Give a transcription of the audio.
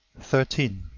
thirteen.